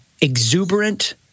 exuberant